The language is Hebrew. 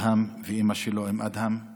גם לכם על הנכונות.